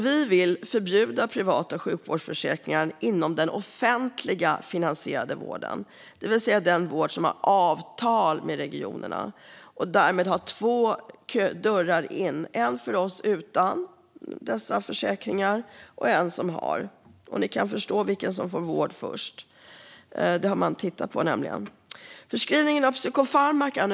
Vi vill förbjuda privata sjukvårdsförsäkringar inom den offentligt finansierade vården, det vill säga den vård som har avtal med regionerna och som därmed har två dörrar in - en för oss utan försäkring och en för dem med försäkring. Och ni kan förstå vem som får vård först; det har man nämligen tittat på. Nu övergår jag till något helt annat.